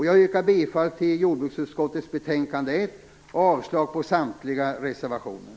Jag yrkar bifall till hemställan i jordbruksutskottets betänkande 1 och avslag på samtliga reservationer.